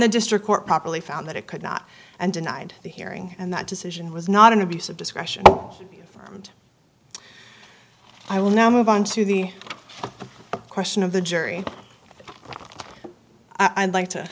the district court properly found that it could not and denied the hearing and that decision was not an abuse of discretion and i will now move on to the question of the jury i'd like to